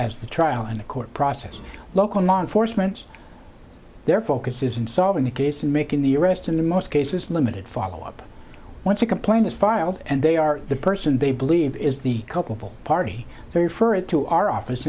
as the trial and the court process local law enforcement their focus is in solving the case and making the arrest in the most cases limited follow up once a complaint is filed and they are the person they believe is the culpable party very furry to our office